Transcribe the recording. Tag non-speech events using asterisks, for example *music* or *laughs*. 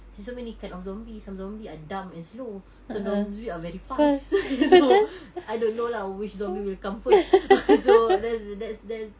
there's so many kind of zombies some zombies are dumb and slow some zombie are very fast *laughs* so I don't know lah which zombie will come first *laughs* so that's the that's that's